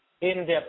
in-depth